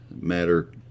matter